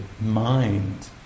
mind